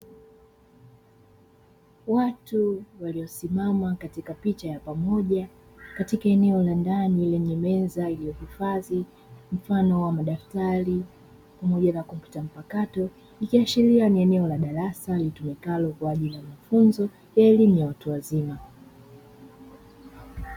Watu waliosimama katika picha ya pamoja, katika eneo la ndani lenye meza iliyohifadhi mfano wa madaftari pamoja na kompyuta mpakato. Ikiashiria ni eneo la darasa litumikalo kwa ajili ya mafunzo ya elimu ya watu wazima.